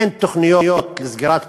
אין תוכניות לסגירת פערים,